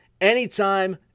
anytime